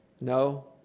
No